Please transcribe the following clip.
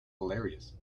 hilarious